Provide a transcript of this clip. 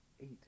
Eight